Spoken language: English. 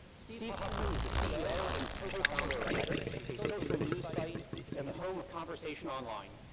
steve huffman is the ceo and co-founder of reddit, a social news site and the home of conversation online.